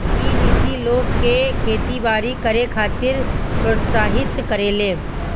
इ नीति लोग के खेती बारी करे खातिर प्रोत्साहित करेले